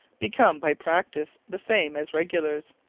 become by practice the same as regulars.